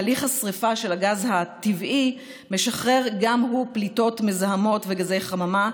הליך השרפה של הגז הטבעי משחרר גם הוא פליטות מזהמות וגזי חממה,